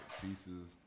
pieces